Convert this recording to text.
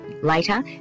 Later